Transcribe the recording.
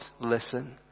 listen